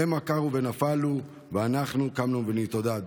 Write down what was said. המה כרעו ונפלו ואנחנו קמנו ונתעודד.